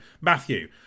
matthew